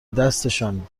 دستشان